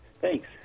Thanks